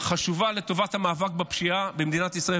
חשובה לטובת המאבק בפשיעה במדינת ישראל,